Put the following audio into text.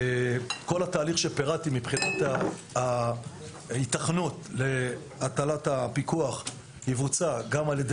כל התהליך שפירטתי לגבי היתכנות להטלת הפיקוח יבוצע גם על-ידי